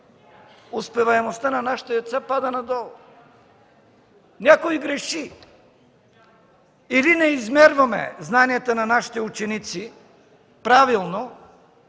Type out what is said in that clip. успеваемостта на нашите деца пада надолу. Някой греши. Или не измерваме знанията на нашите ученици правилно,